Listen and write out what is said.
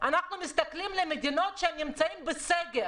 ואנחנו מסתכלים על מדינות שנמצאות בסגר.